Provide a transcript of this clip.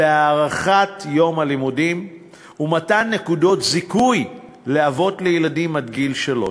הארכת יום הלימודים ומתן נקודות זיכוי לאבות לילדים עד גיל שלוש.